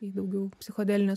į daugiau psichodelinės